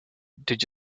did